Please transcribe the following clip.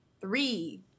Three